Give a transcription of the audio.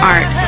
Art